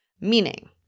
Meaning